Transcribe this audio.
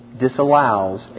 disallows